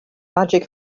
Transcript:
magic